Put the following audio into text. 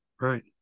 right